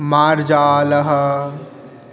मार्जालः